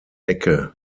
ecke